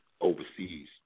overseas